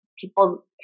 people